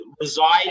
reside